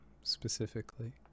specifically